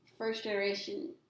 first-generation